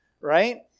right